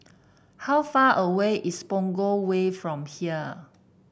how far away is Punggol Way from here